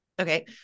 Okay